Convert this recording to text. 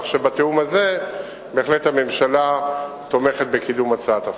כך שבתיאום הזה בהחלט הממשלה תומכת בקידום הצעת החוק.